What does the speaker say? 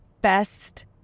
best